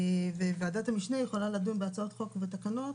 ועדת המשנה יכולה לדון בהצעות חוק ובתקנות,